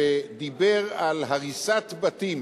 שדיבר על הריסת בתים